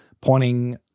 pointing